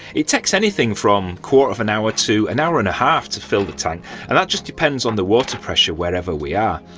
it takes anything from quarter of an hour to an hour and a half to fill up the tank and that just depends on the water pressure wherever we are.